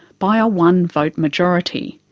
by a one-vote majority.